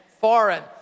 Foreign